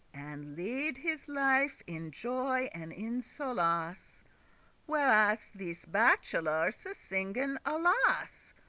and lead his life in joy and in solace mirth, whereas these bachelors singen alas!